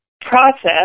process